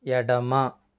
ఎడమ